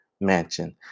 mansion